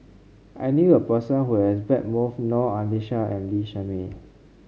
I knew a person who has bet moth Noor Aishah and Lee Shermay